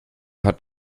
hat